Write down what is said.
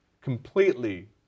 completely